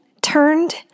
turned